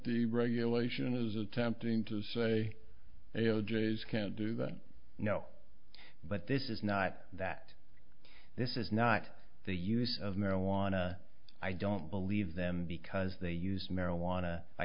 the regulation is attempting to say a o'jays can't do that now but this is not that this is not the use of marijuana i don't believe them because they use marijuana i